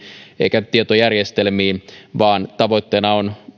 eikä tietojärjestelmiin vaan tavoitteena on